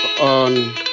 on